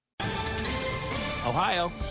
Ohio